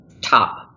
top